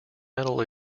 metal